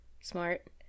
Smart